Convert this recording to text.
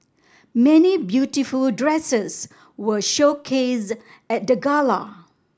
many beautiful dresses were showcased at the gala